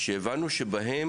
שהבנו שבהן,